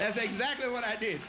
that's exactly what i did